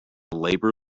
labor